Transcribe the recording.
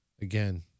again